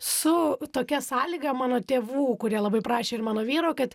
su tokia sąlyga mano tėvų kurie labai prašė ir mano vyro kad